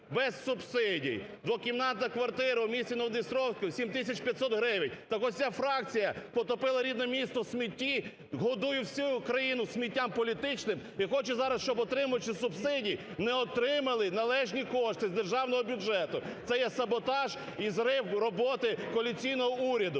без субсидій. Двокімнатна квартира в місті Ново-Дністровську 7 тисяч 500 гривень. Так ось ця фракція потопила рідне місто в смітті, годує всю Україну сміттям політичним і хоче зараз, щоб отримуючи субсидії не отримали належні кошти з державного бюджету – це є саботаж і зрив роботи коаліційного уряду.